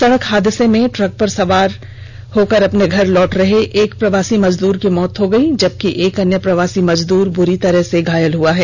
सड़क हादसे में ट्र क पर सवार होकर अपने घर लौट रहे एक प्रवासी मजदूर की मौत हो गई जबकि एक अन्य प्रवासी मजदूर बुरी तरह से घायल हो गया है